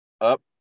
up